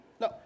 No